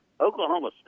Oklahoma